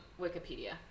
Wikipedia